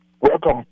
welcome